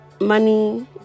money